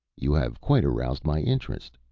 you have quite aroused my interest,